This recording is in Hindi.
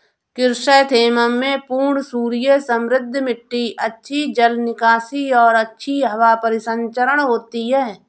क्रिसैंथेमम में पूर्ण सूर्य समृद्ध मिट्टी अच्छी जल निकासी और अच्छी हवा परिसंचरण होती है